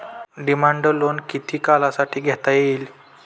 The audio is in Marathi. डिमांड लोन किती काळासाठी घेता येईल?